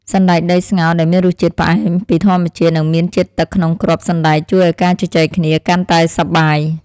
សណ្តែកដីស្ងោរដែលមានរសជាតិផ្អែមពីធម្មជាតិនិងមានជាតិទឹកក្នុងគ្រាប់សណ្តែកជួយឱ្យការជជែកគ្នាកាន់តែសប្បាយ។